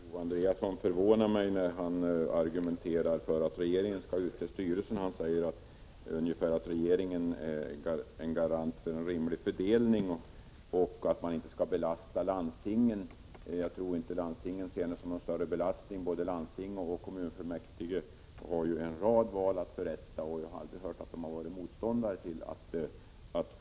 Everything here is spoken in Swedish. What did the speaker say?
Herr talman! Owe Andréasson förvånade mig när han som argument för att regeringen skall utse styrelserna sade att regeringen är en garant för att det blir en rimlig fördelning och att man inte skall belasta landstingen. Jag tror inte att landstingen ser detta som någon större belastning. Både landsting och kommunfullmäktige har ju en rad val att förrätta, och jag har aldrig hört att de varit motståndare till att göra det.